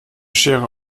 schere